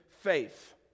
faith